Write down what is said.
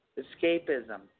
escapism